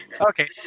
Okay